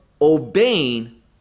obeying